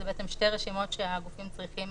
זה בעצם שתי רשימות שהגופים צריכים